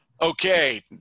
Okay